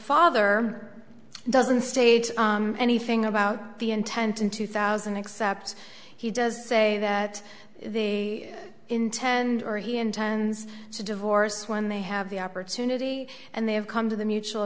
r doesn't state anything about the intent in two thousand except he does say that they intend or he intends to divorce when they have the opportunity and they have come to the mutual